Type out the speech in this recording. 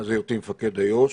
מאז היותי מפקד איו"ש.